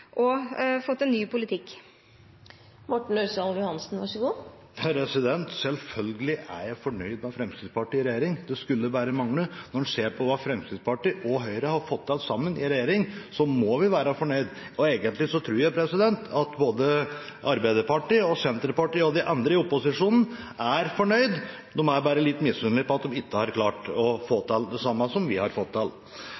og fått en ny politikk? Selvfølgelig er jeg fornøyd med Fremskrittspartiet i regjering – det skulle bare mangle. Når man ser på hva Fremskrittspartiet og Høyre har fått til sammen i regjering, må vi være fornøyde. Egentlig tror jeg at både Arbeiderpartiet, Senterpartiet og de andre i opposisjonen er fornøyde – de er bare litt misfornøyde med at de ikke har klart å få